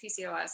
PCOS